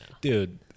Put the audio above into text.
dude